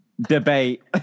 Debate